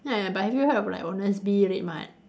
but have you heard like honestbee Red Mart